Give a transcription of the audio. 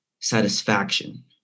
satisfaction